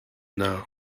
now